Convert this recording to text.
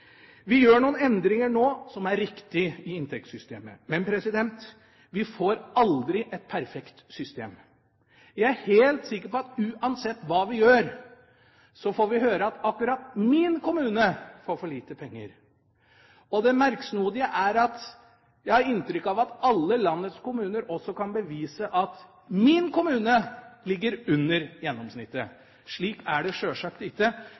Vi gjør noen endringer i inntektssystemet nå som er riktige. Men vi får aldri et perfekt system. Jeg er helt sikker på at uansett hva vi gjør, får vi høre at akkurat min kommune får for lite penger. Det merksnodige er at jeg har inntrykk av at alle landets kommuner også kan bevise at min kommune ligger under gjennomsnittet. Slik er det sjølsagt ikke.